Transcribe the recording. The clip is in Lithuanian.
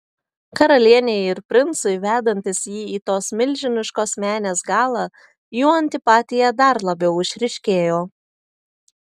karalienei ir princui vedantis jį į tos milžiniškos menės galą jų antipatija dar labiau išryškėjo